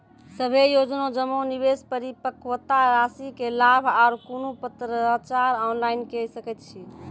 सभे योजना जमा, निवेश, परिपक्वता रासि के लाभ आर कुनू पत्राचार ऑनलाइन के सकैत छी?